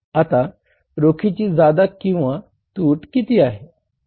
आता रोखीची ज्यादा किंवा तूट किती आहे